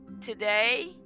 today